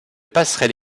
passerelle